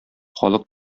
халык